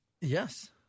Yes